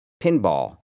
Pinball